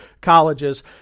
colleges